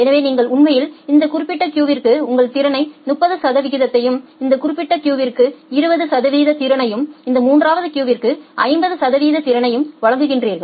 எனவே நீங்கள் உண்மையில் இந்த குறிப்பிட்ட கியூவிற்கு உங்கள் திறனில் 30 சதவீதத்தையும் இந்த குறிப்பிட்ட கியூவிற்கு 20 சதவீத திறனையும் இந்த மூன்றாவது கியூவிற்கு 50 சதவீத திறனையும் வழங்குகிறீர்கள்